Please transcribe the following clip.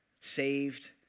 saved